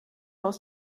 aus